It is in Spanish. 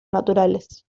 naturales